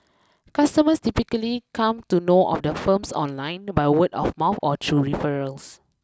customers typically come to know of the firms online by word of mouth or through referrals